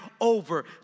over